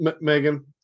megan